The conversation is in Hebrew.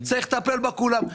צריך לטפל בכולם.